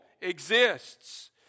exists